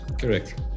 Correct